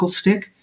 stick